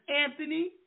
Anthony